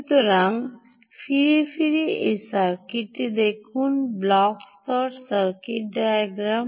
সুতরাং ফিরে ফিরে এই সার্কিটটি দেখুন ব্লক স্তর সার্কিট ডায়াগ্রাম